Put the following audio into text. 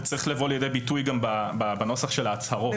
הוא צריך לבוא לידי ביטוי גם בנוסח של ההצהרות.